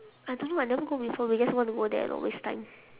I don't know I never go before we just wanna go there lor waste time